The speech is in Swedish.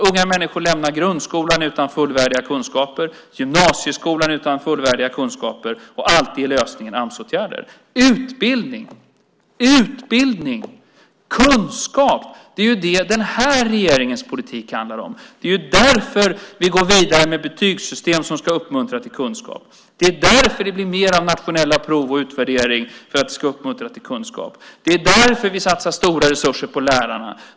Unga människor lämnar grundskolan utan fullvärdiga kunskaper och gymnasieskolan utan fullvärdiga kunskaper, och alltid är lösningen Amsåtgärder. Utbildning, utbildning, kunskap - det är det den här regeringens politik handlar om. Det är därför vi går vidare med betygssystem som ska uppmuntra till kunskap. Det är därför det blir mer nationella prov och utvärdering. Det ska uppmuntra till kunskap. Det är därför vi satsar stora resurser på lärarna.